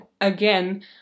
again